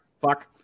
fuck